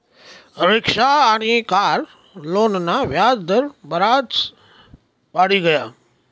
rickshaw आनी car लोनना व्याज दर बराज वाढी गया